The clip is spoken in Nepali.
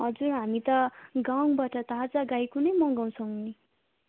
हजुर हामी त गाउँबाट ताजा गाईको नै मगाउछौँ नि